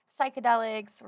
psychedelics